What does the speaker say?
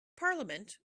parliament